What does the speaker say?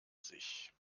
sich